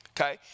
Okay